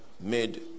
made